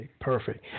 Perfect